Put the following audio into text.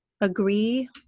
agree